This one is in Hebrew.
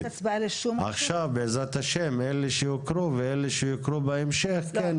עכשיו בעזרת השם אלה שיוכרו ואלה שיוכרו בהמשך כן.